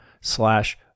slash